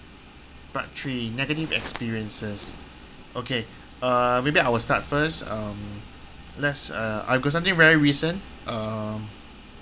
part three negative experiences okay uh maybe I will start first um let's uh I got something very recent err